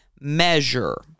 measure